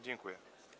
Dziękuję.